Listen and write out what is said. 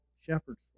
shepherds